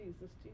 Jesus